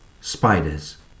spiders